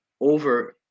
over